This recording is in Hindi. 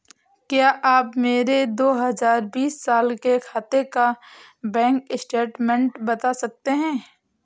क्या आप मेरे दो हजार बीस साल के खाते का बैंक स्टेटमेंट बता सकते हैं?